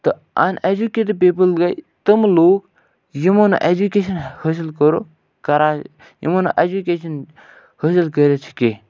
تہٕ uneducated people گٔے تِم لوٗکھ یِمو نہٕ ایٚجوٗکیشَن حٲصِل کوٚرُکھ کَران یِمو نہٕ ایٚجوٗکیشَن حٲصِل کٔرِتھ چھِ کیٚنٛہہ